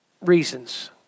reasons